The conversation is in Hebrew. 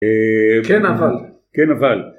כן אבל, כן אבל.